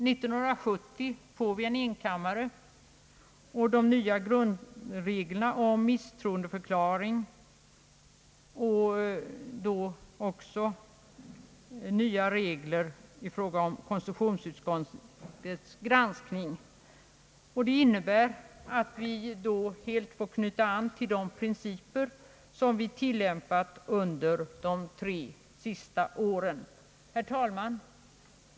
År 1970 får vi enkammarriksdag och de nya grundlagsreglerna om misstroendeförklaring och om en sådan konstitutionsutskottets granskning, som innebär att vi knyter an till de principer som vi tillämpat under de tre senaste åren. Herr talman!